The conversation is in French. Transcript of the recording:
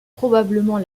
probablement